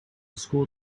school